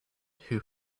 who